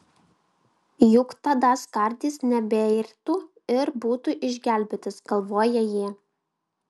juk tada skardis nebeirtų ir būtų išgelbėtas galvoja jie